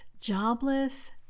jobless